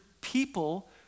people